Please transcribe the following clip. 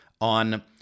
on